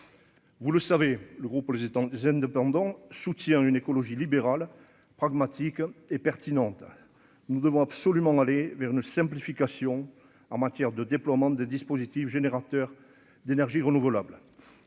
Vous le savez, le groupe les zen de pendant soutien une écologie libérale pragmatique et pertinentes à l'nous devons absolument aller vers une simplification en matière de déploiement de dispositif générateur d'énergie renouvelable